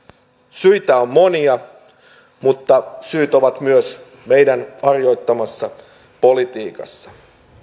syitä on monia mutta syyt ovat myös meidän harjoittamassamme politiikassa